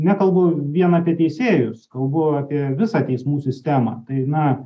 nekalbu vien apie teisėjus kalbu apie visą teismų sistemą tai na